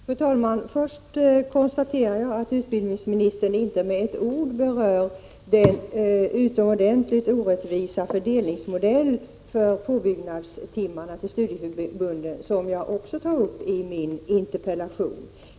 Fru talman! Först konstaterar jag att utbildningsministern inte med ett ord berör den utomordentligt orättvisa fördelningsmodell för påbyggnadstimmarna för studieförbunden som jag också tar upp i min interpellation.